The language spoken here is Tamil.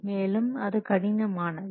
மேலும் அது கடினமானது